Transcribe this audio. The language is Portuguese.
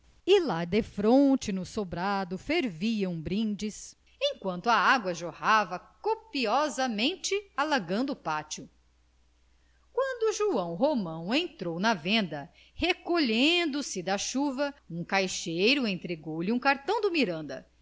e lá defronte no sobrado ferviam brindes enquanto a água jorrava copiosamente alagando o pátio quando joão romão entrou na venda recolhendo-se da chuva um caixeiro entregou-lhe um cartão de miranda